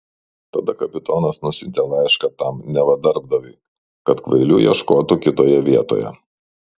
tada kapitonas nusiuntė laišką tam neva darbdaviui kad kvailių ieškotų kitoje vietoje